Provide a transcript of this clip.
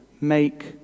make